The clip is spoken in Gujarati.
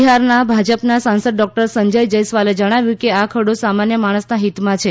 બિહારના ભાજપના સાંસદ ડોક્ટર સંજય જયસ્વાલે જણાવ્યું કે આ ખરડો સામાન્ય માણસના હીતમાં છે